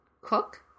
Cook